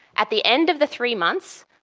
at the end of the three months,